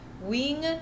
Wing